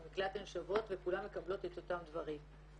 במקלט הן שוות וכולן מקבלות את אותן דברים.